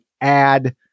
add